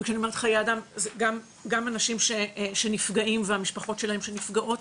כשאני אומרת חיי אדם זה גם אנשים שנפגעים והמשפחות שלהם שנפגעות,